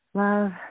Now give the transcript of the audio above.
love